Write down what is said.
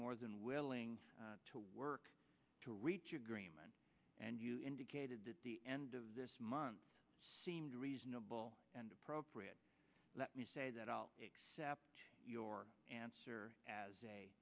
more than willing to work to reach agreement and you indicated that the end of this month seems reasonable and appropriate let me say that i'll accept your answer as